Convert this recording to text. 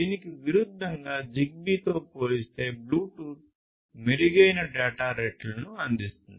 దీనికి విరుద్ధంగా జిగ్బీతో పోలిస్తే బ్లూటూత్ మెరుగైన డేటా రేట్లను అందిస్తుంది